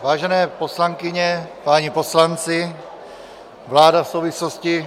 Vážené poslankyně, páni poslanci, vláda v souvislosti...